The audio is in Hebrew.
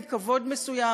עם כבוד מסוים,